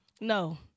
No